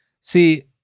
See